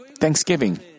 thanksgiving